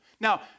Now